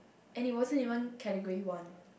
and it wasn't even category one